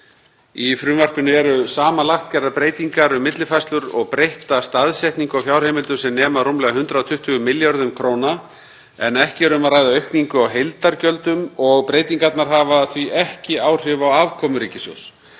Í frumvarpinu eru samanlagt gerðar tillögur um millifærslur og breytta staðsetningu á fjárheimildum sem nema rúmlega 120 milljörðum kr. en ekki er um að ræða aukningu á heildargjöldum og breytingarnar hafa því ekki áhrif á afkomu ríkissjóðs.